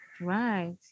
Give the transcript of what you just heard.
right